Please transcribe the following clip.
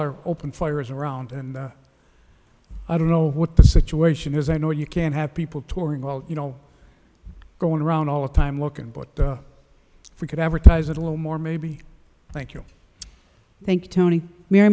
are open fires around and i don't know what the situation is i know you can't have people touring well you know going around all the time looking but if we could advertise it a little more maybe thank you t